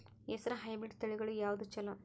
ಹೆಸರ ಹೈಬ್ರಿಡ್ ತಳಿಗಳ ಯಾವದು ಚಲೋ?